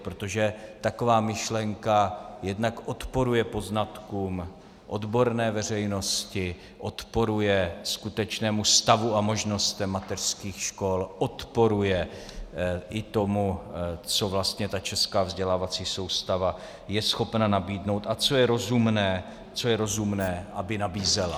Protože taková myšlenka jednak odporuje poznatkům odborné veřejnosti, odporuje skutečnému stavu a možnostem mateřských škol, odporuje i tomu, co vlastně česká vzdělávací soustava je schopna nabídnout a co je rozumné, aby nabízela.